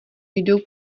jdou